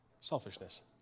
Selfishness